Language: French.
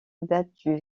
datent